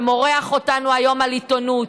ומורח אותנו היום על עיתונות.